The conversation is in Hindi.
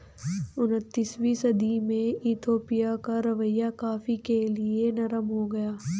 उन्नीसवीं सदी में इथोपिया का रवैया कॉफ़ी के लिए नरम हो गया